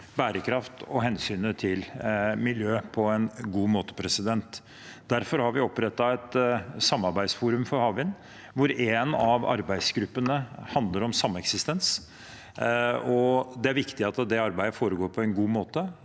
bærekraft og hensynet til miljø på en god måte. Derfor har vi opprettet et samarbeidsforum for havvind, hvor en av arbeidsgruppene handler om sameksistens. Det er viktig at det arbeidet foregår på en god måte.